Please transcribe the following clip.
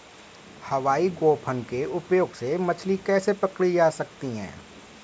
हवाई गोफन के उपयोग से मछली कैसे पकड़ी जा सकती है?